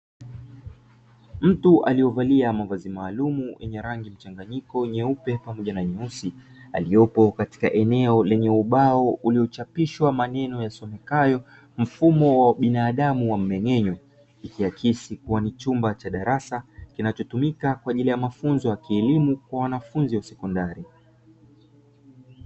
Mtu aliyevalia mavazi maalumu yenye rangi mchanganyiko nyeupe pamoja na nyeusi, aliyepo katika eneo lenye ubao uliochapishwa maeneo yasomekayo mfumo wa binadamu wa mmeng'enyo, ikiakisi ni chumba cha darasa kinachotumika kwa ajili mafunzo ya kielimu kwa wanafunzi wa sekondari.